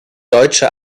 deutsche